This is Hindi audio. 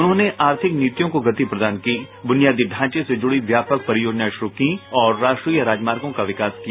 उन्होंने आर्थिक नीतियों को गति प्रदान की बुनियादी ढांचे से जुड़ी व्यापक परियोजनाएं शुरु की और राष्ट्रीय राजमार्गों का विकास किया